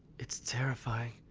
it's terrifying.